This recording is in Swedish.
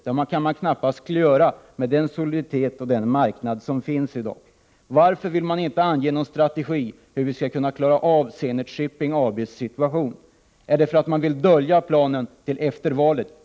Det kan man knappast göra med den soliditet och den marknad som finns i dag. Varför vill man inte ange någon strategi för hur vi skall klara Zenit Shippings situation? Är det därför att man vill dölja planerna till efter valet?